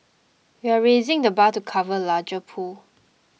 we are raising the bar to cover a larger pool